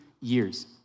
years